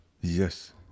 Yes